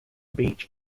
beach